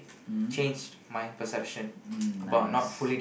hmm mm nice